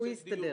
הוא יסתדר.